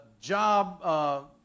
job